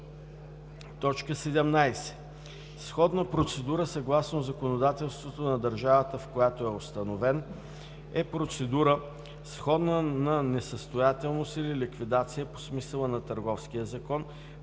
17. „Сходна процедура съгласно законодателството на държавата, в която е установен“ е процедура, сходна на несъстоятелност или ликвидация по смисъла на Търговския закон,